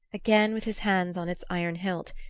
again, with his hands on its iron hilt,